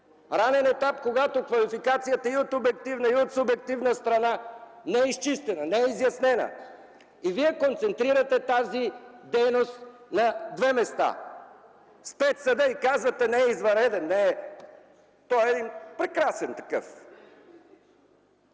ранен етап, когато квалификацията и от обективна, и от субективна страна не е изчистена, не е изяснена. И вие концентрирате тази дейност на две места – в спецсъда, и казвате, че не е извънреден, а той е прекрасен такъв!